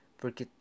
porque